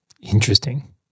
Interesting